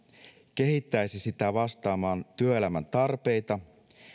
kehittäisi sitä vastaamaan työelämän tarpeita